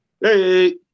Hey